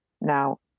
Now